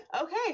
Okay